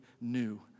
new